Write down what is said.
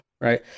right